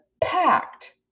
packed